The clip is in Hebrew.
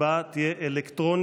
ההצבעה תהיה אלקטרונית.